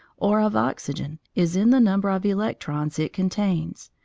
or of oxygen, is in the number of electrons it contains,